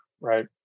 right